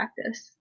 practice